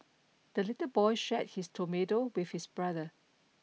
the little boy shared his tomato with his brother